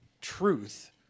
truth